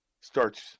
starts